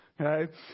Okay